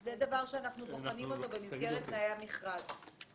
זה דבר שאנחנו בוחנים אותו במסגרת תנאי המכרז.